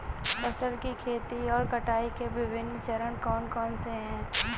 फसल की खेती और कटाई के विभिन्न चरण कौन कौनसे हैं?